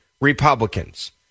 Republicans